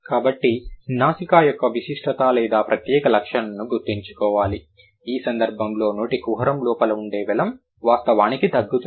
కాబట్టి నాసికా యొక్క విశిష్టత లేదా ప్రత్యేక లక్షణం ను గుర్తుంచుకోవాలి ఈ సందర్భంలో నోటి కుహరం లోపల ఉండే వెలమ్ వాస్తవానికి తగ్గుతుంది